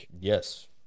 Yes